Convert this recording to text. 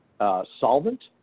solvent